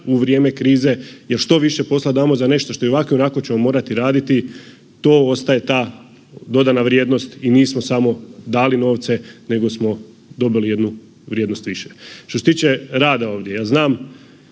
u vrijeme krize jer što više posla damo za nešto što i ovako i onako ćemo morati raditi to ostaje ta dodana vrijednost i nismo samo dali novce, nego smo dobili jednu vrijednost više. Što se tiče rada ovdje ja znam